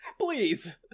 please